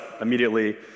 immediately